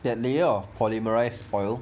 that layer of polymerised oil